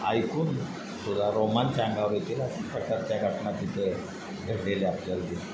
ऐकून सुद्धा रोमांच अंगावर येतील अशा प्रकारच्या घटना तिथे घडलेल्या आपल्याला दिसतात